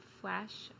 Flash